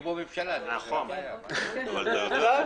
נציגים מקצועיים של הציבור הערבי ישבו